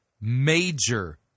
major